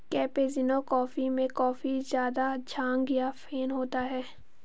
cappuccino coffee में काफी ज़्यादा झाग या फेन होता है